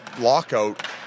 lockout